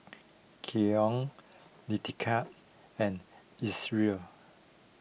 Keon Letica and Isreal